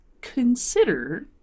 consider